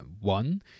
One